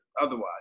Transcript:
otherwise